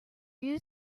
use